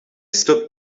stood